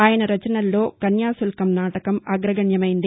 ఆయన రచనలో కన్యాశుల్కం నాటకం అగ్రగణ్యమైంది